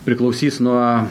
priklausys nuo